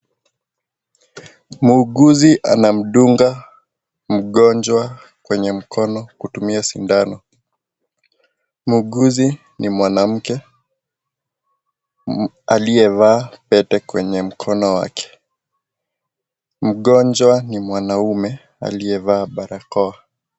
Muuguzi anamdunga mgonjwa kwenye mkono kutumia sindano muuguzi ni mwanamke aliyevaa pete kwenye mkono wake mgonjwa ni mwanaume aliyevaa barakoa.